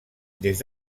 des